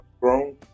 grown